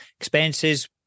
expenses